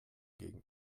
gegen